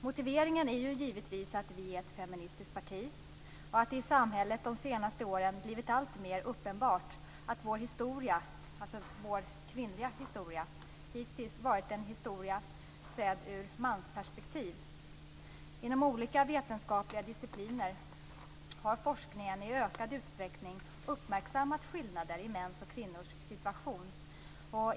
Motiveringen är givetvis att vi är ett feministiskt parti och att det i samhället de senaste åren blivit alltmer uppenbart att vår kvinnliga historia hittills varit en historia sedd ur mansperspektiv. Inom olika vetenskapliga discipliner har forskningen i ökad utsträckning uppmärksammat skillnader i mäns och kvinnors situation.